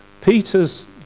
Peter's